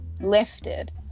lifted